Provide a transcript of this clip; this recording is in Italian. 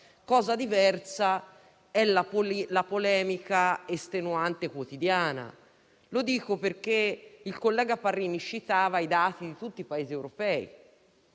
cosa diversa è la polemica estenuante e quotidiana. Lo dico perché il collega Parrini citava i dati di tutti i Paesi europei,